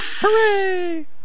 Hooray